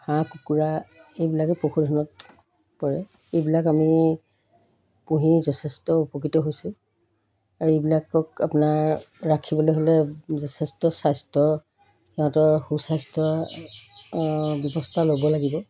হাঁহ কুকুৰা এইবিলাকে পশুধনত পৰে এইবিলাক আমি পুহি যথেষ্ট উপকৃত হৈছোঁ আৰু এইবিলাকক আপোনাৰ ৰাখিবলৈ হ'লে যথেষ্ট স্বাস্থ্য সিহঁতৰ সুস্বাস্থ্যৰ ব্যৱস্থা ল'ব লাগিব